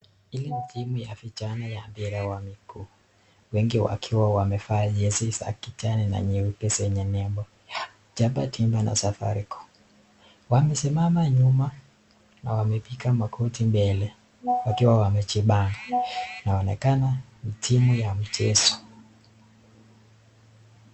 Hili ni timu ya vijana ya mpira wa miguu. Wengi wakiwa wamevaa jezi za kijani na nyeupe zenye nembo Chapa Dimba na Safaricom. Wamesimama nyuma na wamepiga makoti mbele wakiwa wamejipanga. Wanaonekana ni timu ya mchezo.